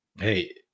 Hey